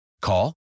Call